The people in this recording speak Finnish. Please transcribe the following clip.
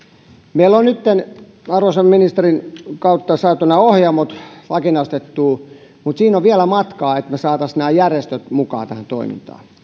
meillä on nytten arvoisan ministerin kautta saatu nämä ohjaamot vakinaistettua mutta siihen on vielä matkaa että me saisimme järjestöt mukaan tähän toimintaan